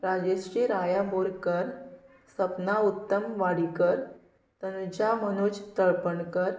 Rajshree Raya Borkar Sapna Uttam Wadikar Tanuja Manoj Talpankar